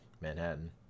Manhattan